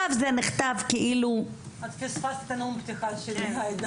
את פספסת את דבריי.